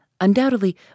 Undoubtedly